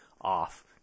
off